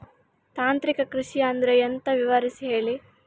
ತಾಂತ್ರಿಕ ಕೃಷಿ ಅಂದ್ರೆ ಎಂತ ವಿವರಿಸಿ ಹೇಳಿ